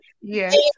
Yes